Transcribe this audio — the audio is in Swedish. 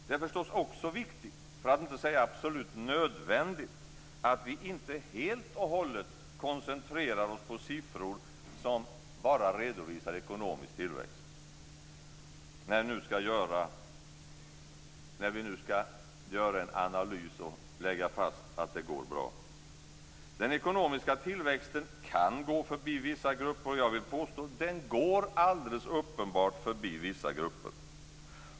Det är förstås också viktigt, för att inte säga absolut nödvändigt, att vi inte helt och hållet koncentrerar oss på siffror som bara redovisar ekonomisk tillväxt, när vi nu ska göra en analys och lägga fast att det går bra. Den ekonomiska tillväxten kan gå förbi vissa grupper, och jag vill påstå att den går alldeles uppenbart förbi vissa grupper.